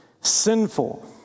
sinful